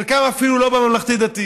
וחלקם אפילו לא בממלכתי-דתי.